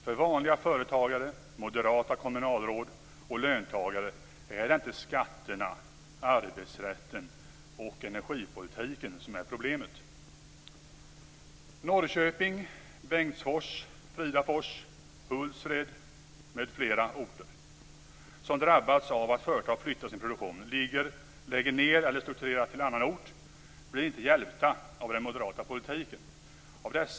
För vanliga företagare, moderata kommunalråd och löntagare är det inte skatterna, arbetsrätten och energipolitiken som är problemet. orter som drabbats av att företag flyttar sin produktion, lägger ned eller strukturerar till annan ort blir inte hjälpta av den moderata politiken.